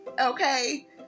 okay